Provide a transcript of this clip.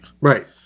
Right